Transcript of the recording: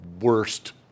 worst